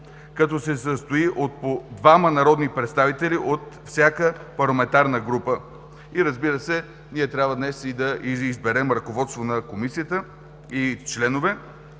като се състои от по двама народни представители от всяка парламентарна група. И, разбира се, днес трябва да изберем и ръководство на Комисията и членове.